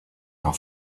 and